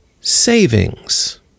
savings